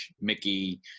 mickey